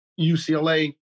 UCLA